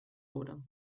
wurde